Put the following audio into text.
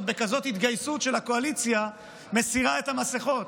בכזאת התגייסות של הקואליציה מסירה את המסכות.